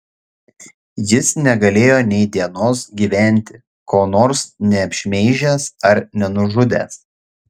jis negalėjo nei dienos gyventi ko nors neapšmeižęs ar nenužudęs